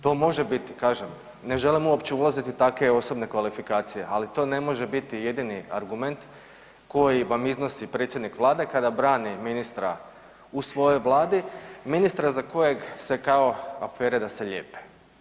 To može biti, kažem ne želim uopće ulaziti u takve osobne kvalifikacije, ali to ne može biti jedini argument koji vam iznosi predsjednik vlade kada brani ministra u svojoj vladi, ministra za kojeg se kao afere da se ljepe.